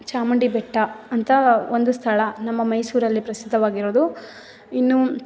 ಚಾಮುಂಡಿ ಬೆಟ್ಟ ಅಂತ ಒಂದು ಸ್ಥಳ ನಮ್ಮ ಮೈಸೂರಲ್ಲಿ ಪ್ರಸಿದ್ಧವಾಗಿರೋದು ಇನ್ನು